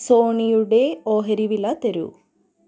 സോണിയുടെ ഓഹരി വില തരൂ